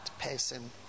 person